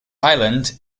island